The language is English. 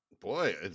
Boy